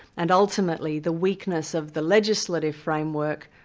and ultimately the weakness of the legislative framework,